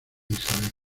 isabel